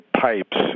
pipes